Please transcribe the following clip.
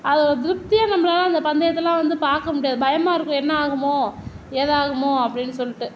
அது திருப்தியாக நம்மளால் அந்த பந்தயத்தல்லாம் வந்து பார்க்க முடியாது பயமாக இருக்கும் என்ன ஆகுமோ ஏதாகுமோ அப்படின்னு சொல்லிட்டு